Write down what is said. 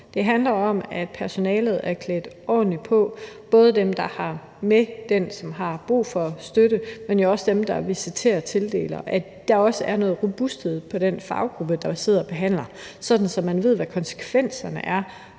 Det handler om, at personalet er klædt ordentligt på, både dem, der har med den, som har brug for støtte, at gøre, men jo også dem, der visiterer og tildeler. Der skal også være noget robusthed i den faggruppe, der sidder og behandler, sådan at man ved, hvad konsekvenserne er